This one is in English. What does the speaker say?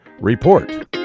Report